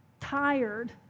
tired